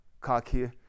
cocky